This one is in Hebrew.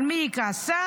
על מי היא כעסה?